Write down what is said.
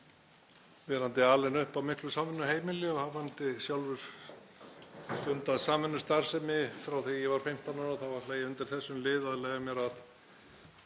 Verandi alinn upp á miklu samvinnuheimili og hafandi sjálfur stundað samvinnustarfsemi frá því að ég var 15 ára þá ætla ég að undir þessum lið að leyfa mér að